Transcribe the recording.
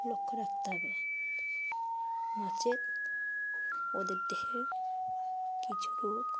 লক্ষ্য রাখতে হবে মাঝে ওদের দেহে কিছু রোগ